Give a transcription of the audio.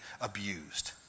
abused